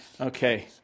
Okay